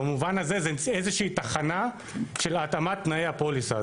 במובן הזה זה איזה שהיא תחנה של התאמת תנאי הפוליסה.